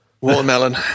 Watermelon